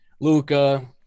Luca